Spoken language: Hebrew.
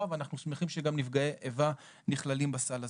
ואנחנו שמחים שגם נפגעי איבה נכללים בסל הזה.